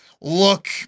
look